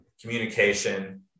communication